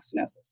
stenosis